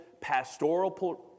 pastoral